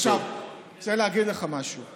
אני רוצה להגיד לך משהו.